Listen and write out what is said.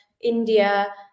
India